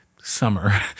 summer